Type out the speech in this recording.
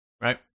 Right